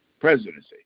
presidency